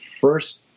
first